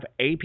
AP